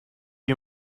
you